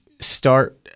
start